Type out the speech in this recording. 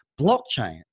Blockchain